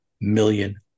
million